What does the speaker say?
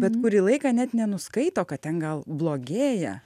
bet kurį laiką net nenuskaito kad ten gal blogėja